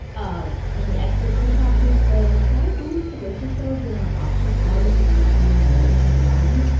um and the experts we talked to say, try going to the grocery store during off-peak hours so you're not one in a million in line.